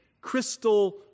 crystal